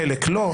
חלק לא,